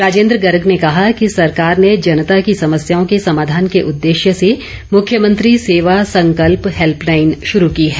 राजेन्द्र गर्ग ने कहा कि सरकार ने जनता की समस्याओं के समाधान के उद्देश्य से मुख्यमंत्री सेवा संकल्प हैल्पलाइन शुरू की है